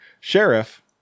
sheriff